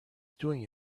doing